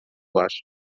var